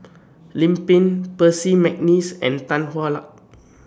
Lim Pin Percy MC Neice and Tan Hwa Luck